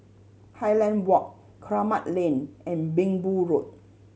Highland Walk Kramat Lane and Minbu Road